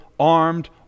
armed